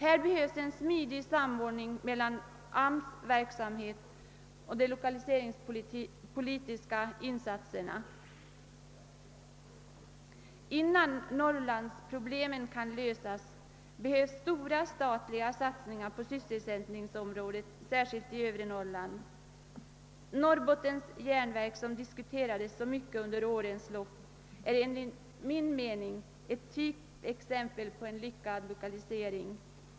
Här be hövs en 'smidig samordning mellan AMS:s verksamhet och de lokaliseringspolitiska insatserna. Innan norrlandsproblemen kan lösas behövs det stora statliga satsningar på sysselsättningsområdet, särskilt i övre Norrland. Norrbottens järnverk, som diskuterats så mycket under årens lopp, är enligt min mening ett typexempel på en lyckad lokalisering.